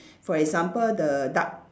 for example the duck